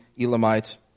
Elamites